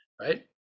right